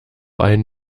ein